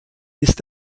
ist